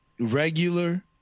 Regular